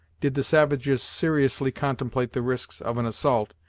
did the savages seriously contemplate the risks of an assault,